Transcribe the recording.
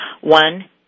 one